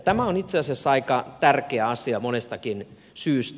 tämä on itse asiassa tärkeä asia monestakin syystä